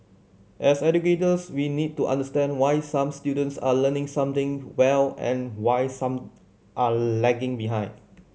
as educators we need to understand why some students are learning something well and why some are lagging behind